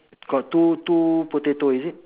got two two potato is it